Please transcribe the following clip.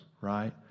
right